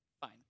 fine